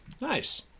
nice